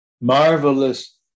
Marvelous